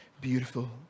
beautiful